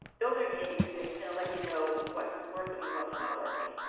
those are handy because they kind of let you know what's working, and what's not working.